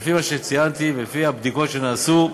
לפי מה שציינתי ולפי הבדיקות שנעשו,